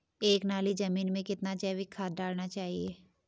एक नाली जमीन में कितना जैविक खाद डालना चाहिए?